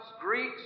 Greeks